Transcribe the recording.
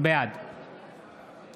בעד